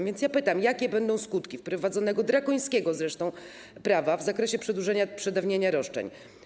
A więc pytam: Jakie będą skutki wprowadzonego, drakońskiego zresztą, prawa w zakresie przedłużenia przedawnienia roszczeń?